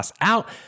Out